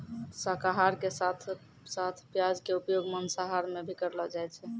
शाकाहार के साथं साथं प्याज के उपयोग मांसाहार मॅ भी करलो जाय छै